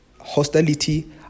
Hostility